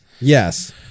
Yes